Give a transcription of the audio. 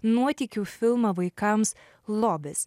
nuotykių filmą vaikams lobis